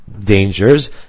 dangers